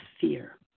fear